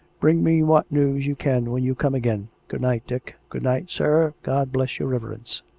bring me what news you can when you come again. good-night, dick. good-night, sir. god bless your reverence.